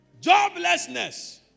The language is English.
Joblessness